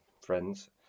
friends